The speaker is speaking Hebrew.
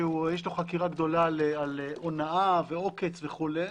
שיש לו חקירה גדולה על הונאה ועוקץ וכו',